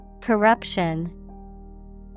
Corruption